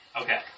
Okay